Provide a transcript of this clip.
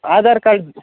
Aadhaar card